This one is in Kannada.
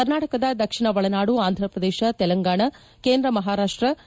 ಕರ್ನಾಟಕದ ದಕ್ಷಿಣ ಒಳನಾಡು ಆಂಧ್ರಪ್ರದೇಶ ತೆಲಂಗಾಣ ಕೇಂದ್ರ ಮಹಾರಾಷ್ಷ